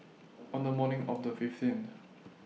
on The morning of The fifteenth